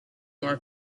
more